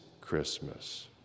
Christmas